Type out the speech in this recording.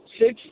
six